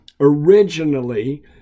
Originally